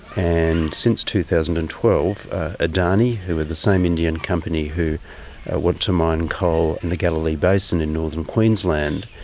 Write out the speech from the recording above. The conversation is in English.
and since two thousand and twelve, adani, who are the same indian company who want to mine coal in the galilee basin in northern queensland,